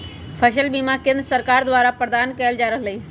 फसल बीमा केंद्र सरकार द्वारा प्रदान कएल जा रहल हइ